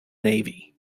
navy